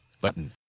Button